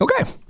Okay